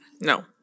No